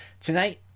Tonight